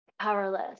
powerless